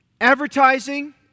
Advertising